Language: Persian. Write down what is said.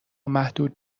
محدود